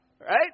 Right